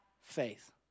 faith